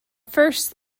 first